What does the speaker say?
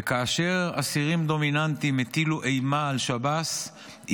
וכאשר אסירים דומיננטיים הטילו אימה על שב"ס,